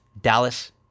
Dallas